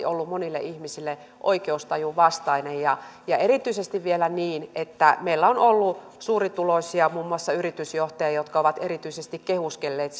ollut monille ihmisille oikeustajun vastainen ja ja erityisesti vielä niin että meillä on ollut suurituloisia muun muassa yritysjohtajia jotka ovat erityisesti kehuskelleet